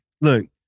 look